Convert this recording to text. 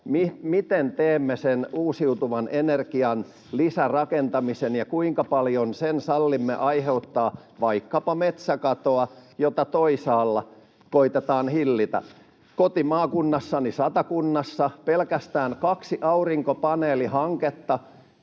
miten teemme sen uusiutuvan energian lisärakentamisen ja kuinka paljon sen sallimme aiheuttaa vaikkapa metsäkatoa, jota toisaalla koitetaan hillitä. Kotimaakunnassani Satakunnassa pelkästään kaksi aurinkopaneelihanketta